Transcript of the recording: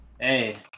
Hey